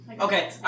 Okay